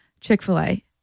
Chick-fil-A